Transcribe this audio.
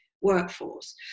workforce